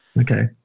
Okay